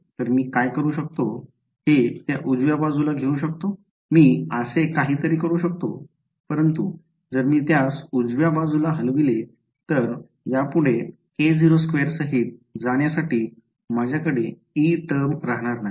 तर मी काय करू शकतो हे त्या उजव्या बाजूला घेऊ शकतो मी असे काहीतरी करू शकतो परंतु जर मी त्यास उजव्या बाजूला हलविले तर यापुढे k02 सहित जाण्यासाठी माझ्याकडे E टर्म राहणार नाही